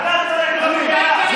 אתה צריך נעל בפה שלך.